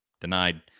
denied